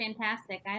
fantastic